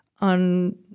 on